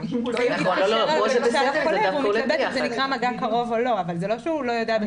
הוא מתלבט אם זה נקרא מעגל קרוב או לא אבל זה לא שהוא לא ידע.